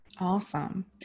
Awesome